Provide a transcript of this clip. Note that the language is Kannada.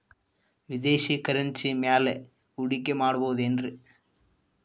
ವಿದೇಶಿ ಕರೆನ್ಸಿ ಮ್ಯಾಲೆ ಹೂಡಿಕೆ ಮಾಡಬಹುದೇನ್ರಿ?